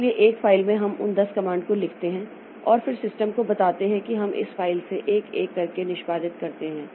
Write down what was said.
इसलिए एक फाइल में हम उन 10 कमांड को लिखते हैं और फिर सिस्टम को बताते हैं कि हम इस फाइल से एक एक करके निष्पादित करते हैं